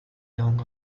long